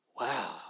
Wow